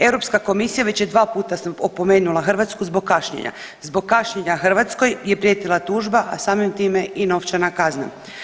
Europska komisija već je dva puta opomenula Hrvatsku zbog kašnjenja, zbog kašnjenja Hrvatskoj je prijetila tužba, a samim time i novčana kazna.